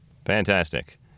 Fantastic